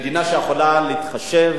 מדינה שיכולה להתחשב,